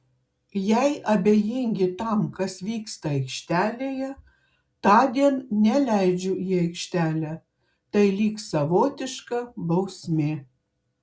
jei abejingi tam kas vyksta aikštelėje tądien neleidžiu į aikštelę tai lyg savotiška bausmė